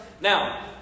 Now –